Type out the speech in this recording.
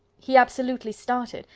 he absolutely started,